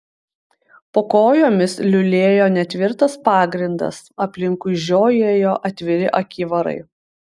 po kojomis liulėjo netvirtas pagrindas aplinkui žiojėjo atviri akivarai